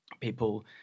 people